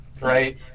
Right